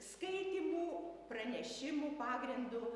skaitymų pranešimų pagrindu